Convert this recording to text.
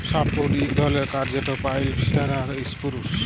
softwood ইক ধরলের কাঠ যেট পাইল, সিডার আর ইসপুরুস